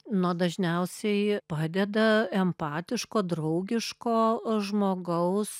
nu dažniausiai padeda empatiško draugiško žmogaus